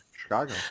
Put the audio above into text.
Chicago